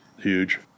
huge